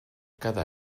cada